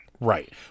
Right